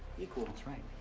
equal. that's right,